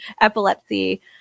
epilepsy